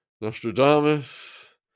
Nostradamus